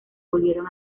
volvieron